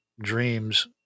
dreams